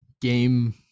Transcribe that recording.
game